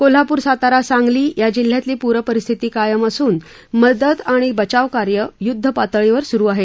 कोल्हापूर सातारा आणि सांगली या जिल्ह्यातली पूर परिस्थिती गंभीर असून मदत आणि बचाव कार्य युद्ध पातळीवर सुरु आहे